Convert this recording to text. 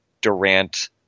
Durant